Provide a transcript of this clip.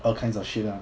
all kinds of shit lah